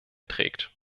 trägt